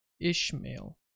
Ishmael